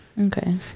Okay